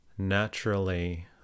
Naturally